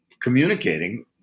communicating